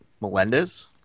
Melendez